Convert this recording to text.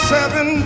Seven